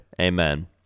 amen